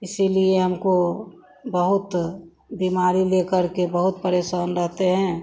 इसीलिए हमको बहुत बीमारी लेकर के बहुत परेशान रहते हैं